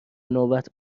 نوبت